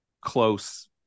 close